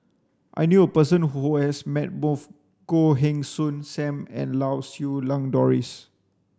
I knew a person who has met both Goh Heng Soon Sam and Lau Siew Lang Doris